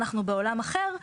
אנחנו בעולם אחר.